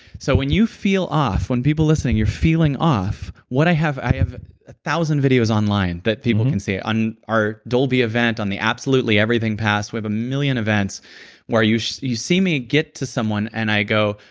so when you feel off, when people listening, you're feeling off, what i have, i have a thousand videos online that people can see. on our dolby event, on the absolutely everything pass, we have a million events where you see you see me get to someone and i go,